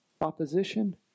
opposition